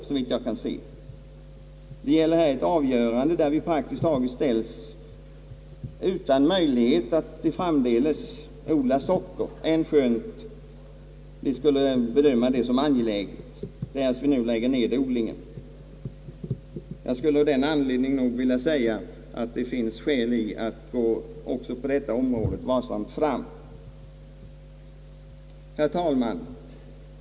Såvitt jag kan se gäller det här ett avgörande, där vi praktiskt taget ställs utan möjlighet att framdeles odla socker, även om vi skulle bedöma det såsom angeläget, därest vi nu lägger ner odlingen. Jag vill av den anledningen säga, att det finns skäl till att även på detta område gå varsamt fram. Herr talman!